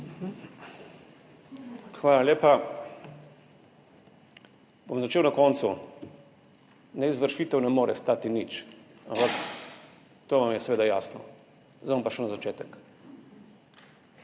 Hvala lepa. Začel bom na koncu. Neizvršitev ne more stati nič. Ampak to vam je seveda jasno. Zdaj bom pa šel na začetek,